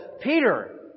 Peter